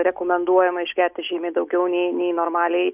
rekomenduojama išgerti žymiai daugiau nei nei normaliai